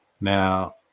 Now